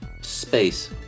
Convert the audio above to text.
Space